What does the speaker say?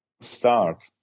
start